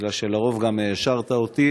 בגלל שלרוב העשרת גם אותי